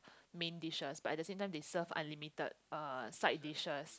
main dishes but at the same time they serve unlimited uh side dishes